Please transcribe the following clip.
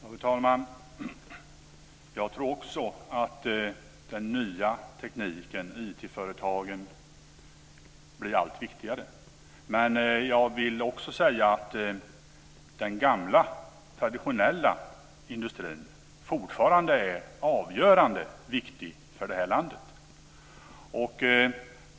Fru talman! Jag tror också att den nya tekniken och IT-företagen blir allt viktigare. Men den gamla traditionella industrin är fortfarande avgörande och viktig för det här landet.